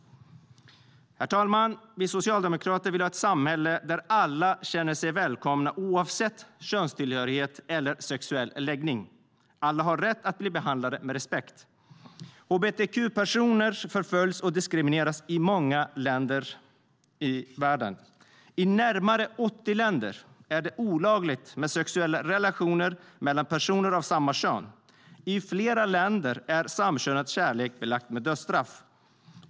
Herr talman! Vi Socialdemokrater vill ha ett samhälle där alla känner sig välkomna oavsett könstillhörighet eller sexuell läggning. Alla har rätt att bli behandlade med respekt. Hbtq-personer förföljs och diskrimineras i många länder i världen. I närmare 80 länder är det olagligt med sexuella relationer mellan personer av samma kön. I flera länder är samkönad kärlek belagd med dödsstraff.